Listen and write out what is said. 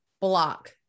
block